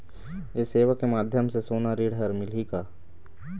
ये सेवा के माध्यम से सोना ऋण हर मिलही का?